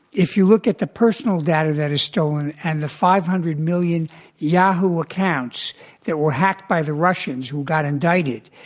if you look at the personal value that is stolen and the five hundred million yahoo! accounts that were hacked by the russians who got and dieted,